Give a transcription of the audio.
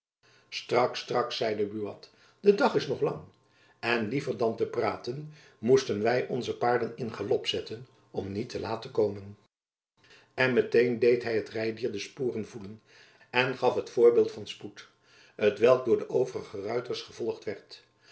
straks straks zeide buat de dag is nog lang en liever dan te praten moesten wy onze paarden in galop zetten om niet te laat te komen en met-een deed hy zijn rijdier de sporen voelen en gaf het voorbeeld van spoed t welk door de overige ruiters gevolgd werd